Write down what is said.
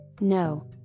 No